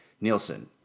Nielsen